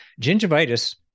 gingivitis